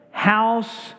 House